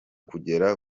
kugera